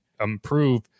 improve